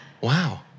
Wow